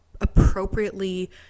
appropriately